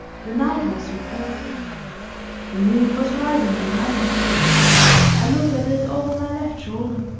the night was superb the moon was rising behind us i looked at it over my left shoulder.